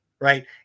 Right